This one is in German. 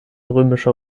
römischer